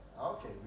Okay